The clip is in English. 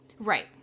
Right